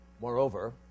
Moreover